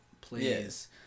please